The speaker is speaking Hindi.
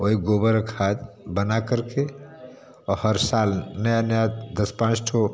वही गोबर का खाद बना करके और हर साल नया नया दस पाँच ठो